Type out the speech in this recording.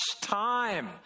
time